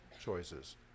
choices